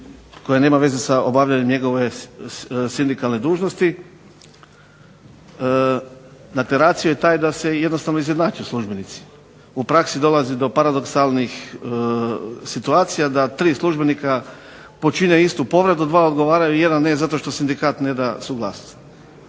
koja nema veze sa obavljanjem njegove sindikalne dužnosti. Dakle, ratio je taj da se jednostavno izjednače službenici. U praksi dolazi do paradoksalnih situacija, da tri službenika počine istu povredu. Dva odgovaraju, jedan ne zato što sindikat ne da suglasnost,